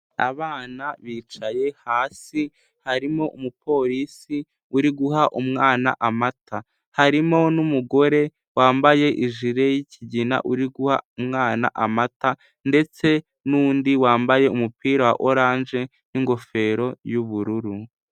Abana bicaye hasi, harimo umupolisi uri guha umwana amata, harimo n'umugore wambaye ijipo yikigina uri guha umwana amata, ndetse n'undi wambaye umupira wa oranje n'ingofero y'ubururu.